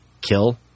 kill